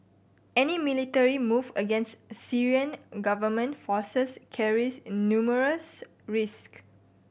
any military move against Syrian government forces carries numerous risk